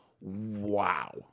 Wow